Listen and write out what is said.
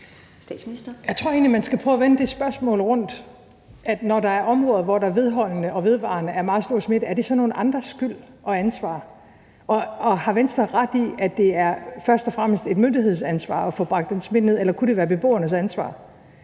Jeg tror egentlig, at man skal prøve at vende det spørgsmål rundt. Når der er områder, hvor der vedholdende og vedvarende er meget stor smitte, er det så nogle andres skyld og ansvar? Og har Venstre ret i, at det først og fremmest er et myndighedsansvar at få bragt den smitte ned, eller kunne det være beboernes ansvar?